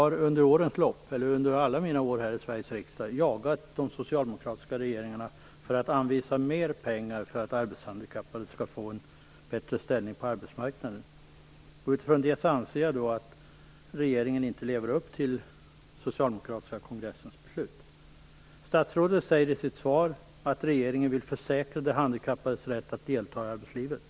Under alla mina år i riksdagen har vi jagat de socialdemokratiska regeringarna för att de skall anvisa mer pengar, så att arbetshandikappade skall få en bättre ställning på arbetsmarknaden. Utifrån detta anser jag att regeringen inte lever upp till den socialdemokratiska kongressens beslut. Statsrådet sade i sitt svar att regeringen vill försäkra de handikappades rätt att delta i arbetslivet.